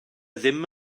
ddim